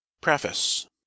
PREFACE